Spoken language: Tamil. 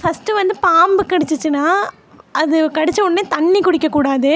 ஃபஸ்ட்டு வந்து பாம்பு கடிச்சிச்சினா அது கடிச்ச உடனே தண்ணி குடிக்கக்கூடாது